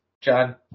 John